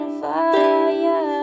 fire